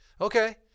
Okay